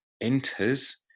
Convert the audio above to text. enters